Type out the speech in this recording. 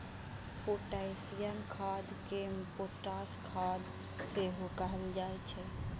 potassium खाद कें potash खाद सेहो कहल जाइ छै